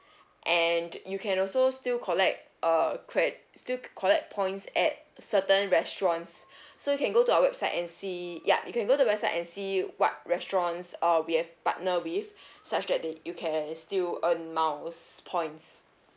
and you can also still collect uh cre~ still collect points at certain restaurants so you can go to our website and see yup you go to the website and see you what restaurants uh we have partner with such that they you can is still earn miles points